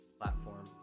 platform